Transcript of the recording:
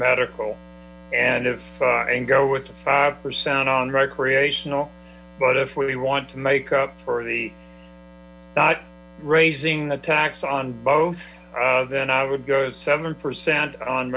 medical and iv and go with the five percent on recreational but if we want to make up for the raising the tax on both then i would go seven percent on